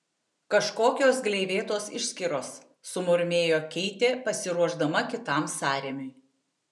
kažkokios gleivėtos išskyros sumurmėjo keitė pasiruošdama kitam sąrėmiui